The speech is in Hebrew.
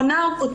הוא הונה אותי.